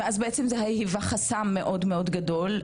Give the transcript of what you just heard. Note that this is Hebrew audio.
ואז בעצם זה היווה חסם מאוד גדול,